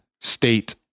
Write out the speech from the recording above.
state